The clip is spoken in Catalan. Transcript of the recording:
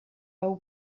heu